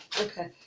Okay